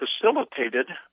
facilitated